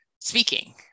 speaking